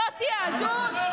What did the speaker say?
זאת יהדות?